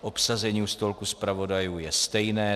Obsazení u stolku zpravodajů je stejné.